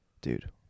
dude